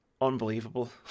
unbelievable